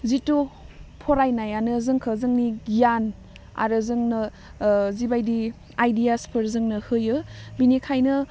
जिथु फरायनायानो जोंखौ जोंनि गियान आरो जोंनो जिबायदि आइदियासफोर जोंनो होयो बिनिखायनो